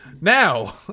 now